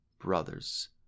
brothers